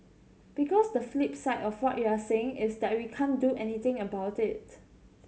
because the flip side of what you're saying is that we can't do anything about it